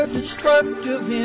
destructive